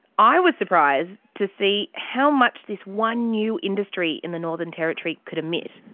i was surprised to see how much this one new industry in the northern territory could emit.